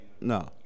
No